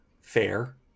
fair